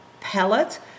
pellet